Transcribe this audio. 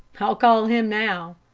i'll call him now,